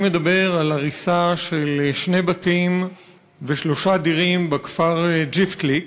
אני מדבר על הריסה של שני בתים ושלושה דירים בכפר ג'יפתליק,